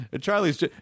Charlie's